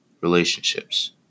relationships